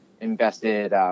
invested –